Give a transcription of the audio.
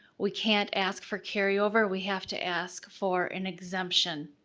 we can't ask for carryover, we have to ask for an exemption.